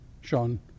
Sean